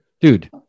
Dude